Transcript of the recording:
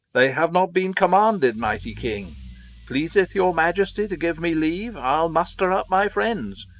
they have not been commanded, mighty king pleaseth your majesty to give me leave, i'll muster up my friends,